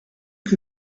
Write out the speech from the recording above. que